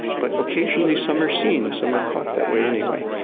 but occasionally some are seen, some are caught that way anyway.